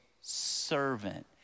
servant